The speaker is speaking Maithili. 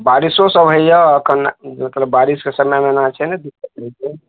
बारिसो सब होइए अखन मतलब बारिसके समयमे एना छै ने दिक्कत होइ छै